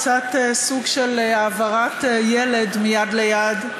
קצת סוג של העברת ילד מיד ליד.